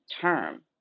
term